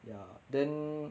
ya then